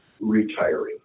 retiring